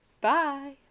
Bye